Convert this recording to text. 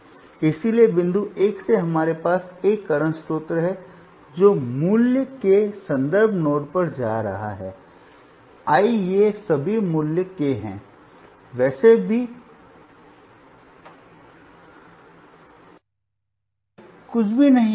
इसलिए बिंदु 1 से हमारे पास एक करंट स्रोत है जो मूल्य के संदर्भ नोड पर जा रहा है I ये सभी मूल्य के हैं वैसे मैं कुछ भी नहीं